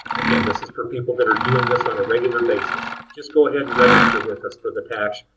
again, this is for people that are doing this on a regular basis. just go ahead and register with us for the tax.